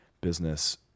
business